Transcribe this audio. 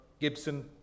Gibson